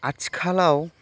आथिखालाव